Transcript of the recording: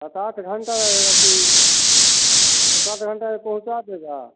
सात आठ घंटे लगेंगे कि सात आठ घंटों में पहुँचा देगा